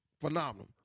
phenomenal